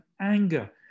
anger